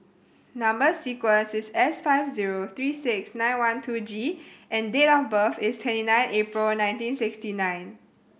number sequence is S five zero three six nine one two G and date of birth is twenty nine April nineteen sixty nine